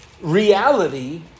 reality